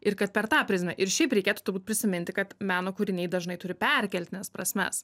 ir kad per tą prizmę ir šiaip reikėtų turbūt prisiminti kad meno kūriniai dažnai turi perkeltines prasmes